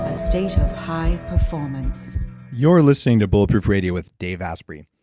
ah state of high performance you're listening to bulletproof radio with dave asprey.